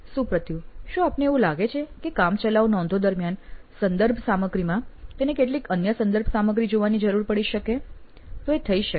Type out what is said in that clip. સુપ્રતિવ શું આપને એવું લાગે છે કે કામ ચલાઉ નોંધો દરમિયાન સંદર્ભ સામગ્રીમાં તેને કેટલીક અન્ય સંદર્ભ સામગ્રી જોવાની જરૂર પડી શકે છે તો એ થઇ શકે